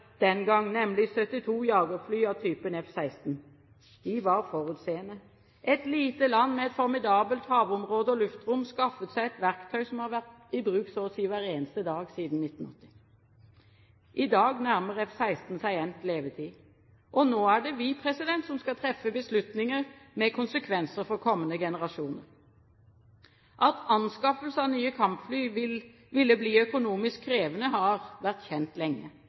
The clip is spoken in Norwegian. den gang, nemlig 72 jagerfly av typen F-16. Man var forutseende. Et lite land, med et formidabelt havområde og luftrom, skaffet seg et verktøy som har vært i bruk så å si hver eneste dag siden 1980. I dag nærmer F-16 seg endt levetid. Nå er det vi som skal treffe beslutninger med konsekvenser for kommende generasjoner. At anskaffelse av nye kampfly ville bli økonomisk krevende, har vært kjent lenge.